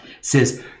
says